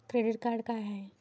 Credit card का हाय?